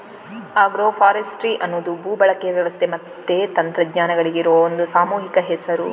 agro forestry ಅನ್ನುದು ಭೂ ಬಳಕೆಯ ವ್ಯವಸ್ಥೆ ಮತ್ತೆ ತಂತ್ರಜ್ಞಾನಗಳಿಗೆ ಇರುವ ಒಂದು ಸಾಮೂಹಿಕ ಹೆಸರು